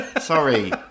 Sorry